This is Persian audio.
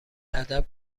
ادب